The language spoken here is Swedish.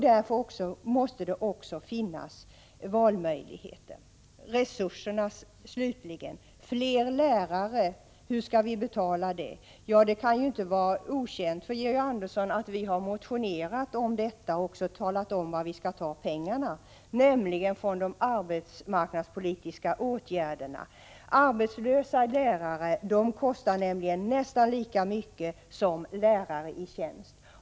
Därför måste det finnas valmöjligheter. Slutligen till frågan om resurserna. Hur skall vi kunna betala fler lärare? Ja, det kan inte vara okänt för Georg Andersson att vi har motionerat om detta och talat om varifrån pengarna skall tas, nämligen från de arbetsmarknadspolitiska åtgärderna. Arbetslösa lärare kostar ju nästan lika mycket som lärare i tjänst.